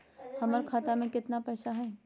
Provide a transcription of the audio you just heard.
हमर खाता मे केतना पैसा हई?